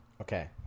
Okay